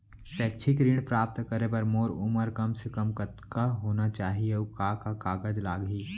शैक्षिक ऋण प्राप्त करे बर मोर उमर कम से कम कतका होना चाहि, अऊ का का कागज लागही?